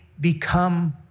become